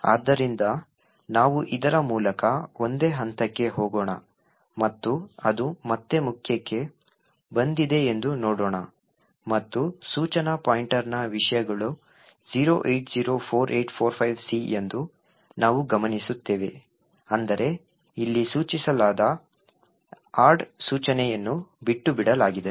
ಆದ್ದರಿಂದ ನಾವು ಇದರ ಮೂಲಕ ಒಂದೇ ಹಂತಕ್ಕೆ ಹೋಗೋಣ ಮತ್ತು ಅದು ಮತ್ತೆ ಮುಖ್ಯಕ್ಕೆ ಬಂದಿದೆಯೆಂದು ನೋಡೋಣ ಮತ್ತು ಸೂಚನಾ ಪಾಯಿಂಟರ್ನ ವಿಷಯಗಳು 0804845C ಎಂದು ನಾವು ಗಮನಿಸುತ್ತೇವೆ ಅಂದರೆ ಇಲ್ಲಿ ಸೂಚಿಸಲಾದ ಆಡ್ ಸೂಚನೆಯನ್ನು ಬಿಟ್ಟುಬಿಡಲಾಗಿದೆ